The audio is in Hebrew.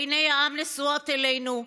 עיני העם נשואות אלינו,